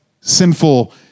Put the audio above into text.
sinful